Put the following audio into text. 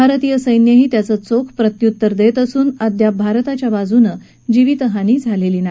भारतीय सैन्यही त्याचं चोख प्रत्युत्तर दक्षिअसून अद्याप भारताच्या बाजूनं जीवितहानी झालली नाही